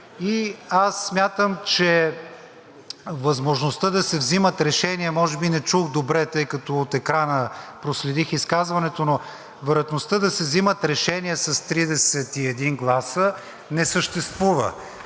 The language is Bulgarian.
и смятам, че възможността да се взимат решения, може би, не чух добре, тъй като от екрана проследих изказването, но вероятността да се вземат решения с 31 гласа не съществува.